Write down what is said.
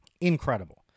Incredible